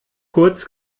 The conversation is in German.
kurz